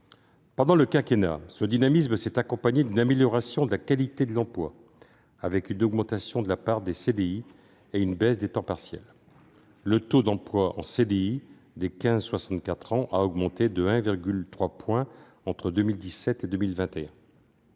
Pendant le quinquennat, le dynamisme s'est accompagné d'une amélioration de la qualité de l'emploi, avec une augmentation de la part des CDI et une baisse des temps partiels. Le taux d'emploi en CDI des personnes âgées de 15 à 64 ans a augmenté de 1,3 point entre 2017 et 2021.